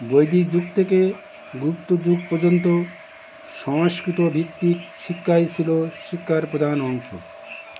বৈদিক যুগ থেকে গুপ্ত যুগ পর্যন্ত সংস্কৃত ভিত্তিক শিক্ষাই ছিল শিক্ষার প্রধান অংশ